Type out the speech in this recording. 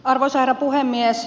arvoisa herra puhemies